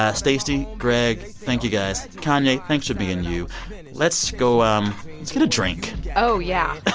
ah stacey, greg, thank you guys. kanye, thanks for being you. let's go um let's get a drink oh, yeah